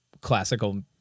classical